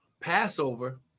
Passover